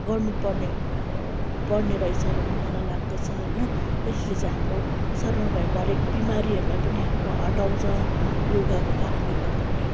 गर्नु पर्ने पर्ने रहेछ भन्ने मलाई लाग्दछ होइन यसले चाहिँ हाम्रो शरीरमा भएको हरेक बिमारीहरलाई पनि हाम्रो हटाउँछ योगाको कारणले गर्दा नै